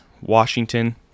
Washington